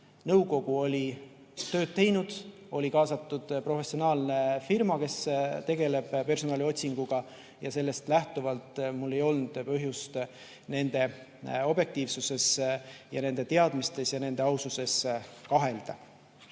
Nõukogu oli tööd teinud, oli kaasatud professionaalne firma, kes tegeleb personaliotsinguga, ja sellest lähtuvalt mul ei olnud põhjust nende objektiivsuses ja nende teadmistes ja aususes kahelda.